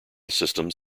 systems